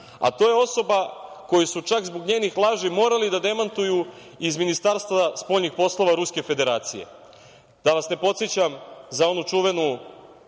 a to je osoba koju su čak zbog njenih laži morali da demantuju iz Ministarstva spoljnih poslova Ruske Federacije. Da vas ne podsećam za onu čuvenu